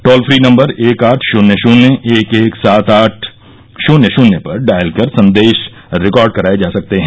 toll free number एक आठ शून्य शून्य एक एक सात आठ शून्य शून्य पर डायल कर संदेश रिकॉर्ड कराये जा सकते हैं